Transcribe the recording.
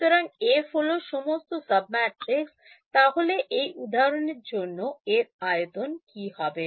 সুতরাং F হল সমস্ত সাবম্যাট্রিক্স তাহলে এই উদাহরণ এর জন্য এর আয়তন কি হবে